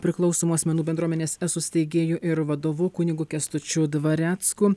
priklausomų asmenų bendruomenės esu steigėju ir vadovu kunigu kęstučiu dvarecku